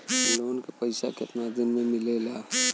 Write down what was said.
Loan के पैसा कितना दिन मे मिलेला?